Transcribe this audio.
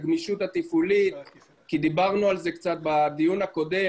הגמישות התפעולית כי דיברנו על זה קצת בדיון הקודם